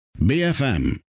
BFM